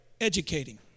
educating